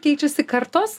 keičiasi kartos